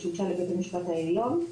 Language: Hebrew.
שהוגשה לבית המשפט העליון,